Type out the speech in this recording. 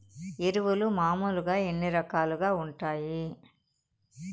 ఎరువులు మామూలుగా ఎన్ని రకాలుగా వుంటాయి?